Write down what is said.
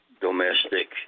domestic